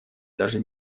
даже